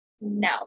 no